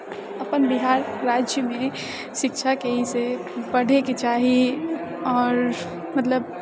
अपन बिहार राज्यमे शिक्षाके ई से बढ़एके चाही आओर मतलब